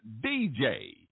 DJ